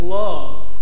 love